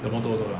the motor also lah